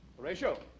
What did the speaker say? Horatio